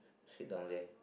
sit down there